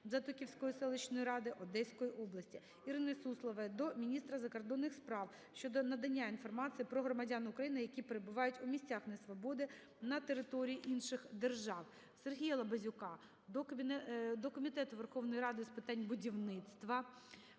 Затоківської селищної ради Одеської області. ІриниСуслової до міністра закордонних справ щодо надання інформації про громадян України, які перебувають у місцях несвободи на території інших держав. СергіяЛабазюка до Комітету Верховної Ради з питань будівництва,